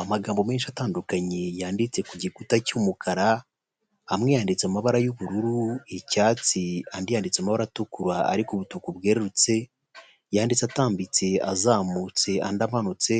Amagambo menshi atandukanye yanditse ku gikuta cy'umukara amwe yanditse m'amabara yu'ubururu n'icyatsi andi yanditse m'amabara atukura ariko ubutuku bwerurutse yanditse atambitse azamutse andi amanutse